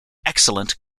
excellent